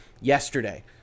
yesterday